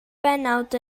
bennawd